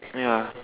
ya